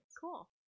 Cool